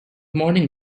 morning